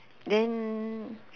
then